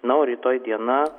na o rytoj diena